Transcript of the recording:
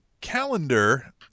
calendar